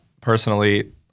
Personally